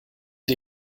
die